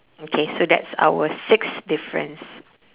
okay so that's our sixth difference